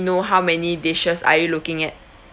know how many dishes are you looking at